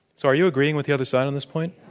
so are you agreeing with the other side on this point?